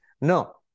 No